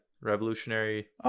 Revolutionary